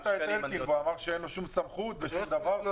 גם ראיינת את אלקין והוא אמר שאין לו שום סמכות ושום דבר.